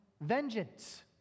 vengeance